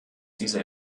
dieser